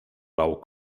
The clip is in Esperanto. laŭ